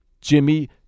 Jimmy